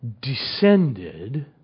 descended